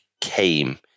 came